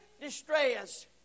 distress